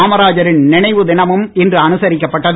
காமராஜரின் நினைவு தினமும் இன்று அனுசரிக்கப்பட்டது